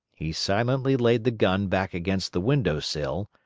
he silently laid the gun back against the window-sill,